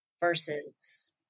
versus